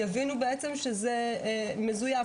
יבינו בעצם שזה מזויף,